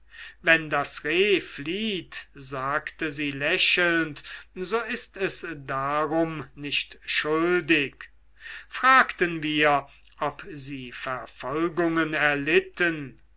wenn das reh flieht sagte sie lächelnd so ist es darum nicht schuldig fragten wir ob sie verfolgungen erlitten